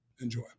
Enjoy